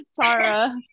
Tara